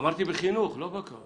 אמרתי בחינוך, לא בכול.